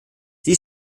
sie